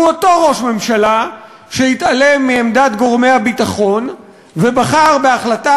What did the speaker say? הוא אותו ראש ממשלה שהתעלם מעמדת גורמי הביטחון ובחר בהחלטה